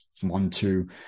one-two